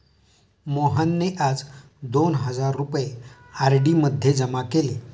मोहनने आज दोन हजार रुपये आर.डी मध्ये जमा केले